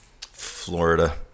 Florida